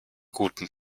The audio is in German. guten